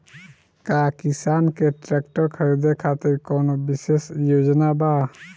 का किसान के ट्रैक्टर खरीदें खातिर कउनों विशेष योजना बा?